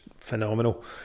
phenomenal